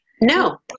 No